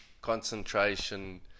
concentration